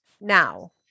now